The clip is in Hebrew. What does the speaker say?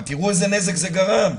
אבל תראו איזה נזק זה גרם,